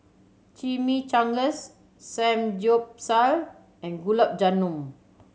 Chimichangas Samgyeopsal and Gulab Jamun